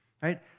right